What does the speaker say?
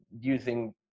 using